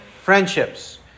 friendships